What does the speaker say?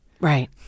Right